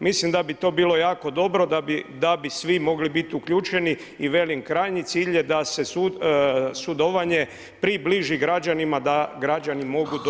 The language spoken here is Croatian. Mislim da bi to bilo jako dobro, da bi svi mogli biti uključeni i velim krajnji cilj je da se sudovanje približi građanima da građani mogu doći do sudova.